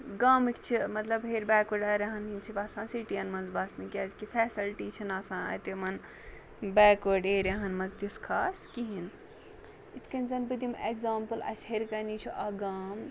گامٕکۍ چھِ مطلب ہیٚرِ بیکوٲڈ ایٚریاہَن ہِنٛدۍ چھِ وَسان سِٹیَن منٛز بَسنہٕ کیٛازِکہِ فیٚسَلٹی چھِنہٕ آسان اَتہِ یِمَن بیکوٲڈ ایٚریاہَن منٛز تِژھ خاص کِہیٖنۍ اِتھ کٔنۍ زَن بہٕ تِم ایٚکزامپٕل اَسہِ ہیٚرِکَنی چھُ اَکھ گام